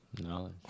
Knowledge